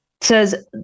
says